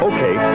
Okay